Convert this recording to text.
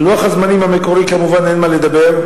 על לוח הזמנים המקורי כמובן אין מה לדבר,